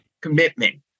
commitment